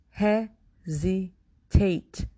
hesitate